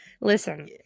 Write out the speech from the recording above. Listen